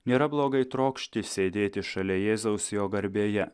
nėra blogai trokšti sėdėti šalia jėzaus jo garbėje